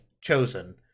chosen